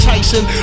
Tyson